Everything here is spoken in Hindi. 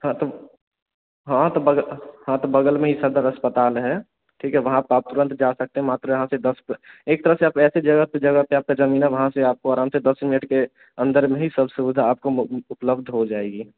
हाँ तो हाँ तो बग हाँ तो बग़ल में ही सदर अस्पताल है ठीक है वहाँ पर आप तुरंत जा सकते मात्र यहाँ से दस क एक तरफ़ से आप ऐसे जगह पर जगह पर आपकी ज़मीन है वहाँ से आपको अराम से दस मिनट के अंदर में ही सब सुविधा आपको उपलब्ध हो जाएगी